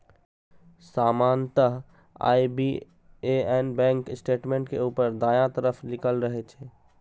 सामान्यतः IBAN bank statement के ऊपर दायां तरफ लिखल रहै छै